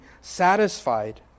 satisfied